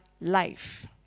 life